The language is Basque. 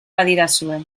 badidazue